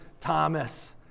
Thomas